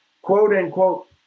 quote-unquote